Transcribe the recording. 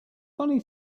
funny